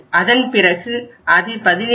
அதன்பிறகு அது 17